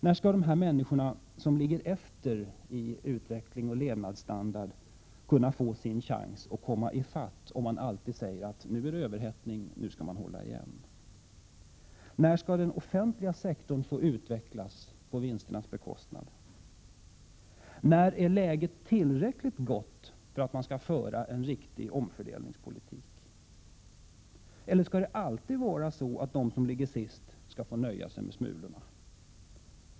När skall de människor som ligger efter i utveckling och levnadsstandard få sin chans att komma ifatt om de hela tiden får höra att det är överhettning och att de skall hålla igen? När skall den offentliga sektorn få utvecklas på vinsternas bekostnad? När är läget tillräckligt gott för att en riktig omfördelningspolitik skall kunna föras? Eller skall det alltid vara så att de som ligger sist skall nöja sig med smulorna?